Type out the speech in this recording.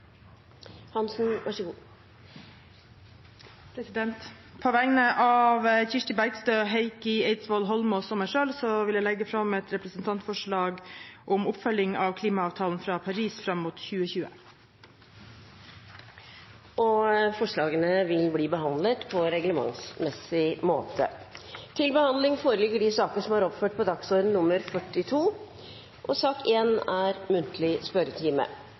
På vegne av Kirsti Bergstø, Heikki Eidsvoll Holmås og meg selv vil jeg legge fram et representantforslag om oppfølging av klimaavtalen fra Paris fram mot 2020. Forslagene vil bli behandlet på reglementsmessig måte. Stortinget mottok mandag meddelelse fra Statsministerens kontor om at statsrådene Bent Høie, Tord Lien og Torbjørn Røe Isaksen vil møte til muntlig spørretime.